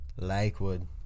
Lakewood